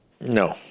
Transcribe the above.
No